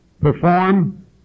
perform